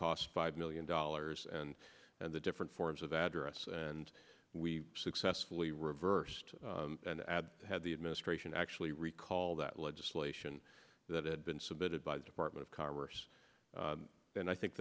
cost five million dollars and the difference forms of address and we successfully reversed an ad had the administration actually recall that legislation that had been submitted by the department of commerce and i think